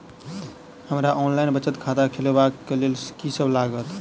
हमरा ऑनलाइन बचत खाता खोलाबै केँ लेल की सब लागत?